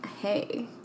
hey